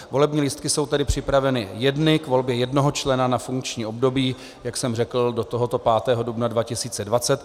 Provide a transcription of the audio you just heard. Volební lístky jsou tedy připraveny jedny, k volbě jednoho člena na funkční období, jak jsem řekl, do tohoto 5. dubna 2020.